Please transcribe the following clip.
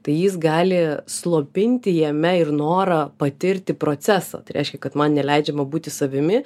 tai jis gali slopinti jame ir norą patirti procesą tai reiškia kad man neleidžiama būti savimi